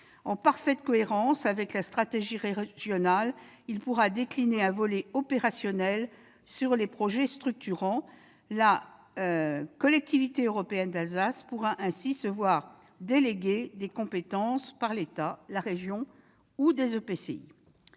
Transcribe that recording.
En parfaite cohérence avec la stratégie régionale, ce schéma pourra décliner un volet opérationnel sur les projets structurants. La CEA pourra ainsi se voir déléguer des compétences par l'État, la région ou des EPCI.